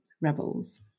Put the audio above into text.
rebels